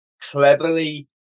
cleverly